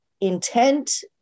intent